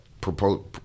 propose